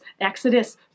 Exodus